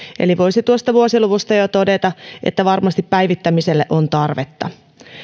eli voisi tuosta vuosiluvusta jo todeta että varmasti päivittämiselle on tarvetta